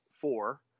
four